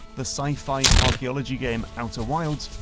the sci-fi archeology game outer wilds,